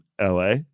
LA